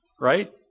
right